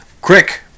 Quick